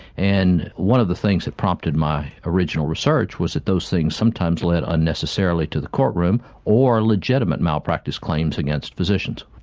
and one of the things that prompted my original research was that those things sometimes led unnecessarily to the courtroom or legitimate malpractice claims against physicians.